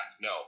no